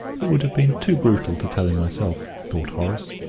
it would have been too brutal to tell him myself, thought horace,